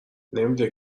نمیده